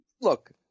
look